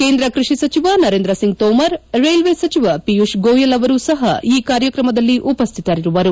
ಕೇಂದ್ರ ಕೃಷಿ ಸಚಿವ ನರೇಂದ್ರ ಸಿಂಗ್ ತೋಮರ್ ರೈಲ್ವೆ ಸಚಿವ ಪಿಯೂಷ್ ಗೋಯಲ್ ಅವರೂ ಸಪ ಈ ಕಾರ್ಯಕ್ರಮದಲ್ಲಿ ಉಪಸ್ವಿತರಿರುವರು